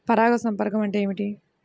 పరాగ సంపర్కం అంటే ఏమిటి?